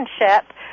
relationship